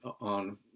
on